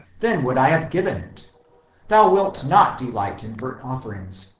then would i have given it thou wilt not delight in burnt-offerings.